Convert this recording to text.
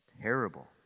terrible